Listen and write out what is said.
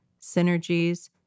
synergies